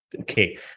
okay